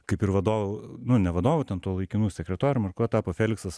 kaip ir vadovų nu ne vadovu ten tuo laikinu sekretorium ar kuo tapo feliksas